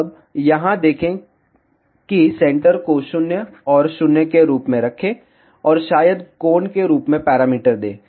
अब यहां देखें कि सेंटर को 0 और 0 के रूप में रखें और शायद कोण के रूप में पैरामीटर दें